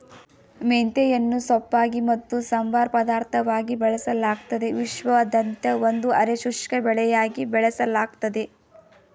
ಮೆಂತೆಯನ್ನು ಸೊಪ್ಪಾಗಿ ಮತ್ತು ಸಂಬಾರ ಪದಾರ್ಥವಾಗಿ ಬಳಸಲಾಗ್ತದೆ ವಿಶ್ವಾದ್ಯಂತ ಒಂದು ಅರೆ ಶುಷ್ಕ ಬೆಳೆಯಾಗಿ ಬೆಳೆಸಲಾಗ್ತದೆ